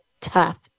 tough